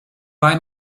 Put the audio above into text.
buy